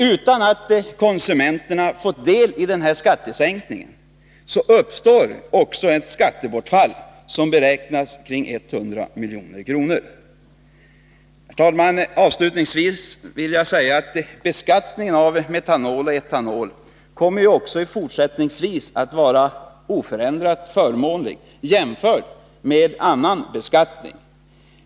Utan att konsumenterna har fått del i denna skattesänkning uppstår också ett skattebortfall, som beräknas till omkring 100 miljoner. Herr talman! Avslutningsvis vill jag säga att beskattningen av metanol och etanol också fortsättningsvis kommer att vara oförändrat förmånlig jämförd med annan beskattning.